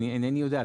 אינני יודע,